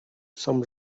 some